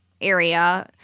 area